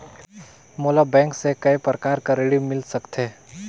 मोला बैंक से काय प्रकार कर ऋण मिल सकथे?